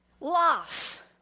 loss